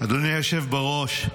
אדוני היושב בראש,